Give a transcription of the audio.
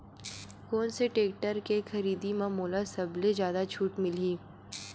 कोन से टेक्टर के खरीदी म मोला सबले जादा छुट मिलही?